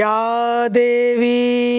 Yadevi